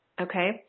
okay